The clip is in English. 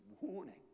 warning